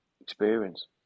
experience